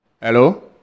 Hello